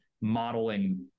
modeling